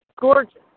Gorgeous